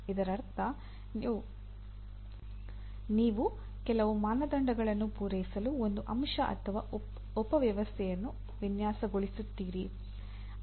ಇದರರ್ಥ ನೀವು ಕೆಲವು ಮಾನದಂಡಗಳನ್ನು ಪೂರೈಸಲು ಒಂದು ಅಂಶ ಅಥವಾ ಉಪವ್ಯವಸ್ಥೆಯನ್ನು ವಿನ್ಯಾಸಗೊಳಿಸುತ್ತೀರಿ